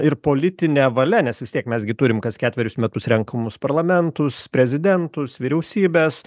ir politine valia nes vis tiek mes gi turim kas ketverius metus renkamus parlamentus prezidentus vyriausybes